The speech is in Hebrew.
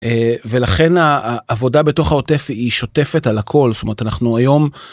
ולכן העבודה בתוך האוטף היא שוטפת על הכל זאת אומרת אנחנו היום.